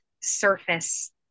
surface